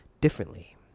differently